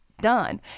done